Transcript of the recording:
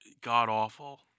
god-awful